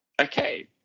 Okay